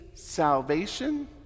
Salvation